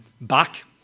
back